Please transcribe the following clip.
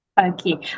Okay